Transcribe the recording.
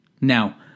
Now